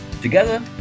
Together